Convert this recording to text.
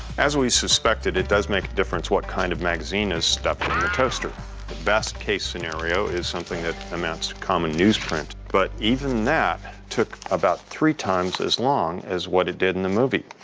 as we suspected, it does make a difference what kind of magazine is stuck in your toaster. the best-case scenario is something that amounts to common newsprint, but even that took about three times as long as what it did in the movie.